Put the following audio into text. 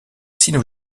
sino